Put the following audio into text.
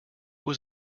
was